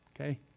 Okay